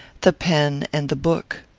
the pen and the book.